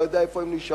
לא יודע איפה הם נשארו,